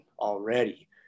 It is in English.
already